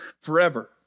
forever